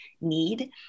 need